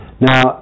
Now